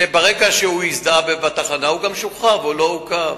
שברגע שהוא הזדהה בתחנה הוא גם שוחרר והוא לא עוכב.